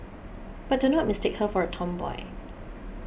but do not mistake her for a tomboy